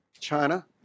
China